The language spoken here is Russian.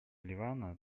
ливана